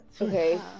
Okay